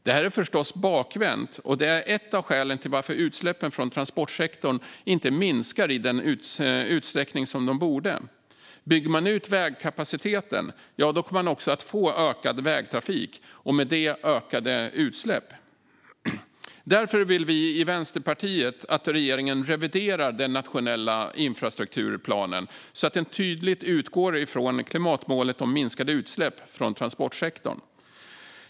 Det här är förstås bakvänt, och det är ett av skälen till att utsläppen från transportsektorn inte minskar i den utsträckning som de borde. Bygger man ut vägkapaciteten kommer man också att få ökad vägtrafik och med det ökade utsläpp. Därför vill vi i Vänsterpartiet att regeringen reviderar den nationella infrastrukturplanen så att den tydligt utgår från klimatmålet om minskade utsläpp från transportsektorn.